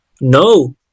No